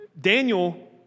Daniel